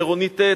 בעירוני ט',